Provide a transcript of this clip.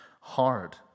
hard